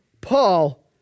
Paul